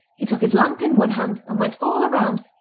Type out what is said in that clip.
he took his lamp in one hand, and went all around,